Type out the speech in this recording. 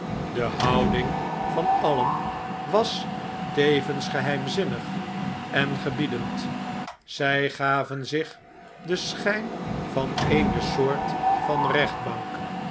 de houding van alien was tevens geheimzinnig en gebiedend zjj gaven zich den schjjn van eene soort van rechtbank